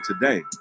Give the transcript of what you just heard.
today